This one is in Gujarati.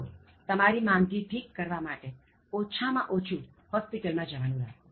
તો તમારી માંદગી ઠીક કરવા માટે ઓછા માં ઓછું હોસ્પિટલમાં જવાનું રાખો